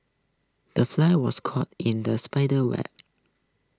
the fly was caught in the spider's web